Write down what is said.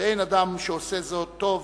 ואין אדם שעושה זאת טוב